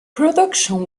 production